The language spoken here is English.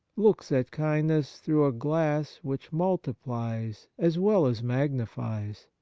looks at kind ness through a glass which multiplies as well as magnifies.